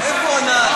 הקואליציה,